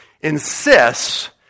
insists